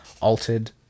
altered